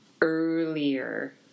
earlier